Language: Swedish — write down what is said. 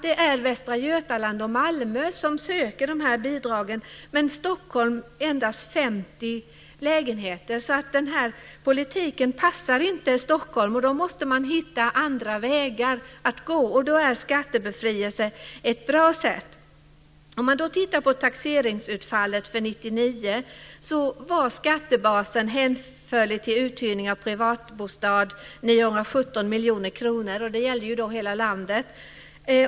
Det är Västra Götaland och Malmö som söker bidragen. I Stockholm har sökts bidrag för endast 50 lägenheter. Den här politiken passar inte Stockholm. Man måste hitta andra vägar att gå, och då är skattebefrielse ett bra sätt. Om man tittar på taxeringsutfallet för 1999 var skattebasen hänförlig till uthyrning av privatbostad 917 miljoner kronor. Det gäller då hela landet.